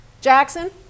Jackson